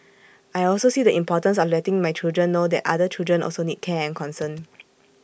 I also see the importance of letting my children know that other children also need care and concern